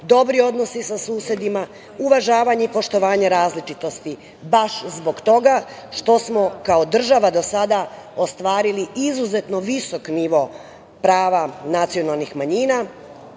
dobri odnosi sa susedima, uvažavanje i poštovanje različitosti, baš zbog toga što smo kao država do sada ostvarili izuzetno visok nivo prava nacionalnih manjina.